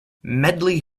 medley